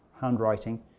handwriting